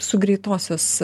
su greitosios